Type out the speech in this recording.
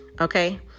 okay